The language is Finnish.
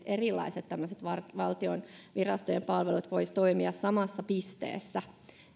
erilaiset valtion virastojen palvelut voisivat toimia samassa pisteessä